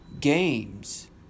games